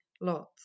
Lots